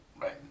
right